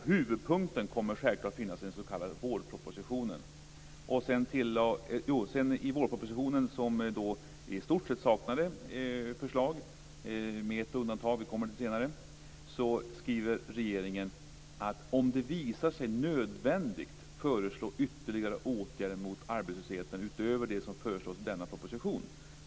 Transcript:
Huvudpunkten skulle självklart finnas i den s.k. vårpropositionen. - med ett undantag, som vi kommer till lite senare - skriver regeringen att om det visar sig nödvändigt kommer man att föreslå ytterligare åtgärder mot arbetslösheten utöver vad som föreslås i denna proposition.